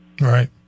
Right